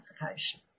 application